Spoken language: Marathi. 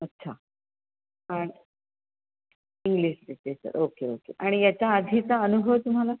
अच्छा and English literature okay okay आणि ह्याच्या आधीचा अनुभव तुम्हाला